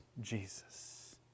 Jesus